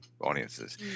audiences